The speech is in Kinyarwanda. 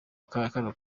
kano